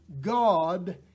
God